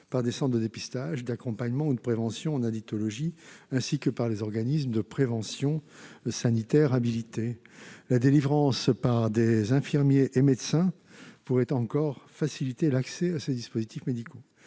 par des centres de dépistage, d'accompagnement ou de prévention en addictologie, ainsi que par les organismes de prévention sanitaire habilités. La délivrance par des infirmiers et médecins pourrait encore faciliter l'accès à ces dispositifs médicaux.